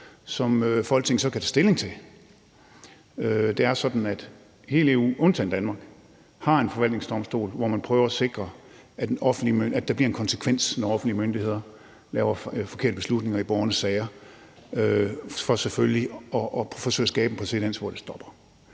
som Folketinget så kan tage stilling til. Det er sådan, at man i hele EU undtagen i Danmark har en forvaltningsdomstol, hvor man prøver at sikre, at der bliver en konsekvens, når offentlige myndigheder træffer forkerte beslutninger i borgernes sager, for selvfølgelig at forsøge at skabe en præcedens for, at det stopper,